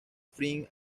free